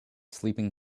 sleeping